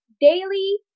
daily